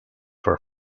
for